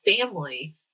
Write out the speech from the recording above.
family